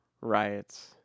Riots